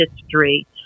history